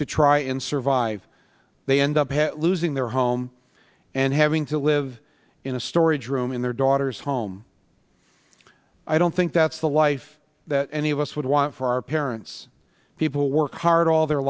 to try and survive they end up losing the home and having to live in a storage room in their daughter's home i don't think that's the life that any of us would want for our parents people worked hard all their